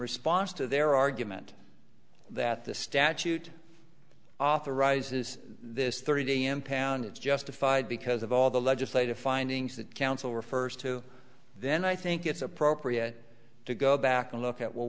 response to their argument that the statute authorizes this thirty day impound it's justified because of all the legislative findings that counsel refers to then i think it's appropriate to go back and look at will